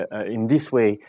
ah in this way,